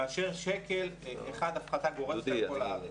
מאשר שקל הפחתה גורפת על כל הארץ.